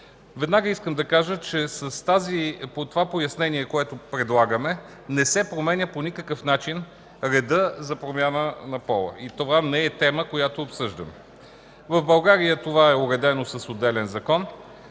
Веднага искам да кажа, че с това пояснение, което предлагаме, не се променя по никакъв начин редът за промяна на пола и това не е тема, която обсъждаме. В България това е уредено с отделен закон.